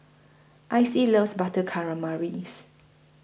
Icey loves Butter Calamaris